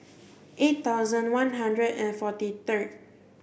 eight thousand one hundred and forty third